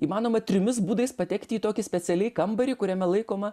įmanoma trimis būdais patekti į tokį specialiai kambarį kuriame laikoma